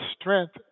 strength